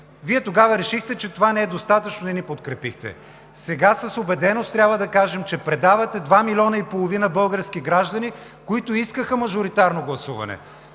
Вие решихте, че това не е достатъчно, и не ни подкрепихте. Сега с убеденост трябва да кажем, че предавате два милиона и половина български граждани, които искаха мажоритарно гласуване.